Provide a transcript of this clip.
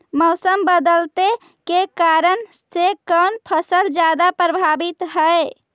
मोसम बदलते के कारन से कोन फसल ज्यादा प्रभाबीत हय?